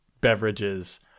beverages